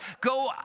go